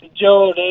Joe